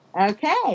Okay